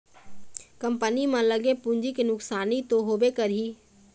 company म लगे पूंजी के नुकसानी तो होबे करही